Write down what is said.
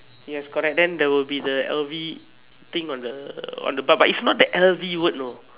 yes correct then there will be the L_V thing on the on the top but is not the L_V word you know